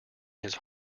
his